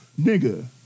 Nigga